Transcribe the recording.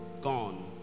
gone